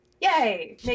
Yay